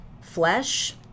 flesh